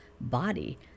body